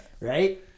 right